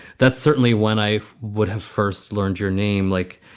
that's certainly when i would have first learned your name like.